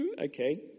okay